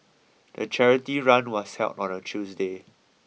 the charity run was held on a Tuesday